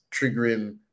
triggering